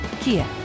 Kia